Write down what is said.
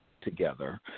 together